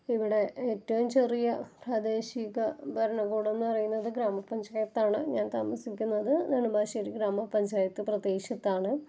ഇവിടെ ഏറ്റവും ചെറിയ പ്രാദേശിക ഭരണകൂടം എന്ന് പറയുന്നത് ഗ്രാമപഞ്ചായത്താണ് ഞാന് താമസിക്കുന്നത് നെടുമ്പാശ്ശേരി ഗ്രാമപഞ്ചായത്ത് പ്രദേശത്താണ്